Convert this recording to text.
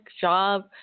job